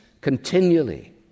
continually